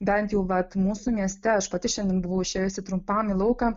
bent jau vat mūsų mieste aš pati šiandien buvau išėjusi trumpam į lauką